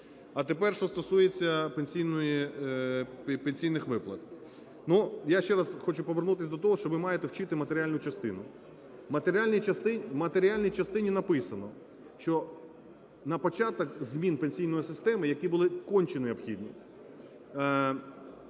А тепер що стосується пенсійних виплат. Ну, я ще раз хочу повернутись до того, що ви маєте вчити матеріальну частину. В матеріальній частині написано, що на початок змін пенсійної системи, які були конче необхідні,